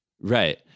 Right